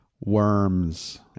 worms